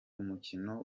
umukino